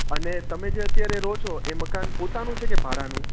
અને તમે જે અત્યારે રહો છો એ મકાન પોતાનું છે કે ભાડાનું